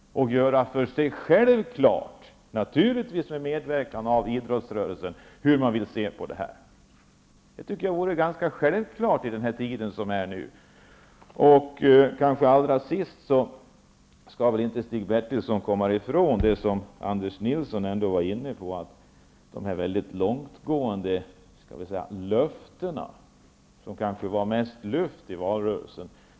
Det borde göra klart för sig själv, med medverkan från idrottsrörelsen, hur man vill se på detta. Det vore ganska självklart i den tid som nu är. Till sist skall väl inte Stig Bertilsson komma ifrån det som Anders Nilsson var inne på, nämligen dessa väldigt långtgående löften i valrörelsen som kanske var mest luft.